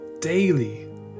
daily